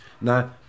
Now